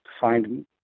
find